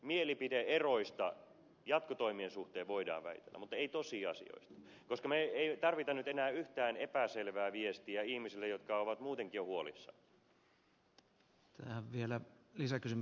mielipide eroista jatkotoimien suhteen voidaan väitellä mutta ei tosiasioista koska me emme tarvitse enää yhtään epäselvää viestiä ihmisille jotka ovat muutenkin jo huolissaan